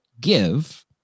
give